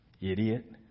Idiot